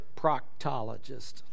proctologist